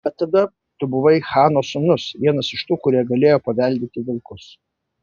bet tada tu buvai chano sūnus vienas iš tų kurie galėjo paveldėti vilkus